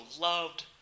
loved